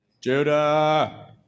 Judah